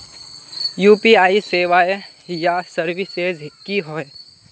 UPI सेवाएँ या services की होय?